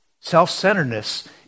Self-centeredness